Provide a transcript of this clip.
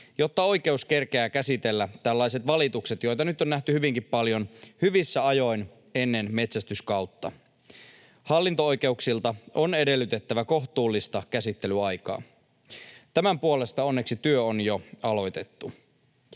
jotta oikeus kerkeää käsitellä tällaiset valitukset, joita nyt on nähty hyvinkin paljon, hyvissä ajoin ennen metsästyskautta. Hallinto-oikeuksilta on edellytettävä kohtuullista käsittelyaikaa. Tämän puolesta onneksi työ on jo aloitettu.